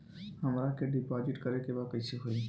हमरा के डिपाजिट करे के बा कईसे होई?